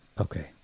Okay